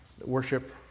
worship